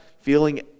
feeling